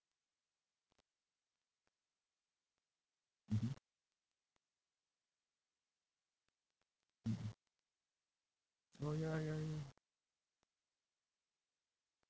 mmhmm mmhmm orh ya ya ya